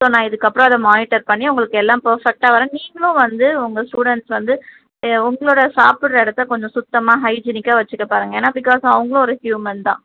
so நான் இதுக்கப்புறம் அதை மானிட்டர் பண்ணி உங்களுக்கு எல்லாம் பர்ஃபக்ட்டாக வரேன் நீங்களும் வந்து உங்கள் ஸ்டூடண்ட்ஸ் வந்து எ உங்களோடய சாப்பிட்ற இடத்த கொஞ்சம் சுத்தமாக ஹைஜினிக்காக வச்சுக்க பாருங்க ஏன்னால் பிக்காஸ் அவங்களும் ஒரு ஹியூமன் தான்